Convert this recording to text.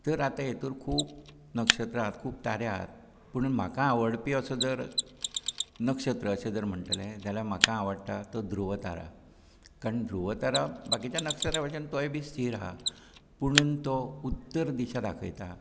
तर हातून खूब नक्षत्रां आहात खूब तारे आहात पूण म्हाका आवडपी असो जर नक्षत्र अशें म्हणटलें जाल्यार म्हाका आवडटा तो ध्रूव तारा कारण ध्रूव तारा बाकीच्या नक्षत्रां भशेन तोय बी स्थीर आहा पुणून तो उत्तर दिशा दाखयता